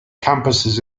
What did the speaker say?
campuses